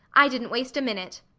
i didn't waste a minute.